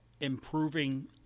improving